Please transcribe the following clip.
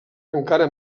encara